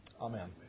amen